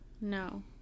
No